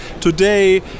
today